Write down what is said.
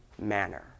manner